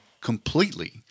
completely